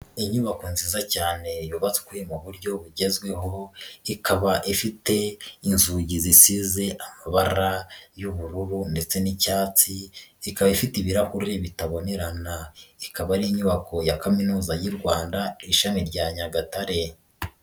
Inyubako nziza cyane yubatswe mu buryo bugezweho, ikaba ifite inzugi zisize amabara y'ubururu ndetse n'icyatsi, ikaba ifite ibirahuri bitabonerana, ikaba ari inyubako ya kaminuza y'u Rwanda ishami rya nyagatare.